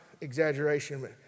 exaggeration